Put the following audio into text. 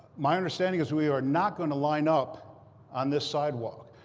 my understanding is, we are not going to line up on this sidewalk.